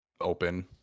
open